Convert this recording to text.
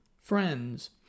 friends